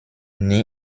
nie